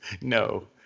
no